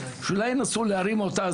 אולי לנסות להרים אותה,